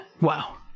Wow